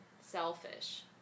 selfish